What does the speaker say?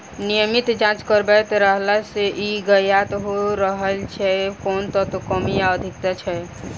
नियमित जाँच करबैत रहला सॅ ई ज्ञात होइत रहैत छै जे कोन तत्वक कमी वा अधिकता छै